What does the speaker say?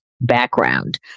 background